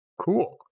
Cool